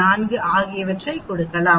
4 ஆகியவற்றைக் கொடுக்கலாம்